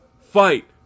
Fight